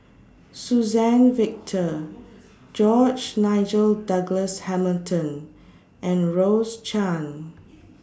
Suzann Victor George Nigel Douglas Hamilton and Rose Chan